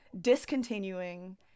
discontinuing